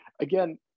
again